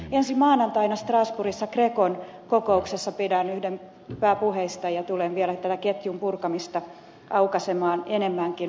ensi maanantaina strasbourgissa grecon kokouksessa pidän yhden pääpuheista ja tulen vielä tätä ketjun purkamista aukaisemaan enemmänkin